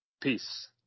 Peace